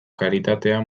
karitatea